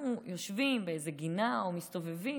כשאני והחבר שלי ליאור יושבים בגינה או מסתובבים,